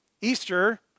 Easter